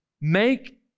make